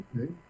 Okay